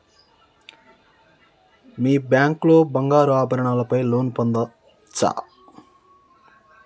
మీ bank లో బంగారు ఆభరణాల పై లోన్ పొందచ్చా?